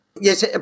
Yes